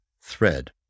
thread